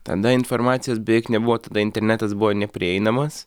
tada informacijos beveik nebuvo tada internetas buvo neprieinamas